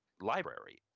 library